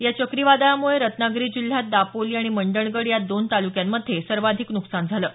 या चक्रीवादळामुळे रत्नागिरी जिल्ह्यात दापोली आणि मंडणगड या दोन तालुक्यांमध्ये सर्वाधिक नुकसान झालं आहे